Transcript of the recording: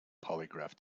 polygraph